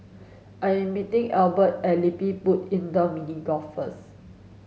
I'm meeting Ebert at LilliPutt Indoor Mini Golf first